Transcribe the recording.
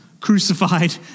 crucified